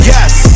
Yes